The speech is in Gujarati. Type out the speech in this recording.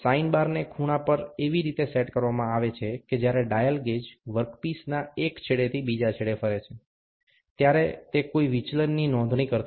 સાઇન બારને ખૂણા પર એવી રીતે સેટ કરવામાં આવે છે કે જ્યારે ડાયલ ગેજ વર્કપીસના એક છેડેથી બીજા છેડે ફરે છે ત્યારે તે કોઈ વિચલનની નોંધણી કરતું નથી